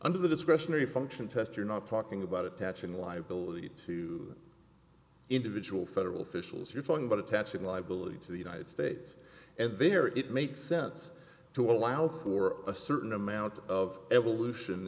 under the discretionary function test you're not talking about attaching liability to individual federal officials you're talking about attaching liability to the united states and there it makes sense to allow for a certain amount of evolution